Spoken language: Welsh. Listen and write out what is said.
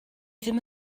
ddim